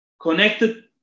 connected